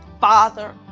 father